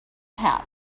hat